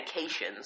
medications